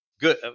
Good